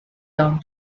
down